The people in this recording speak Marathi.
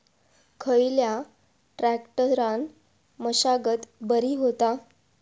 खयल्या ट्रॅक्टरान मशागत बरी होता?